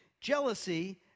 jealousy